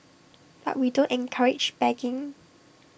but we don't encourage begging